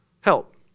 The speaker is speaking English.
help